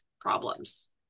problems